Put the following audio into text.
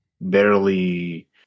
barely